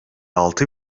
altı